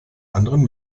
anderen